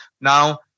Now